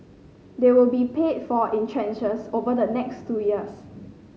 they will be paid for in tranches over the next two years